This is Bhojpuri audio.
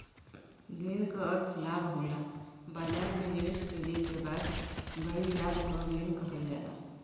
गेन क अर्थ लाभ होला बाजार में निवेश कइले क बाद भइल लाभ क गेन कहल जाला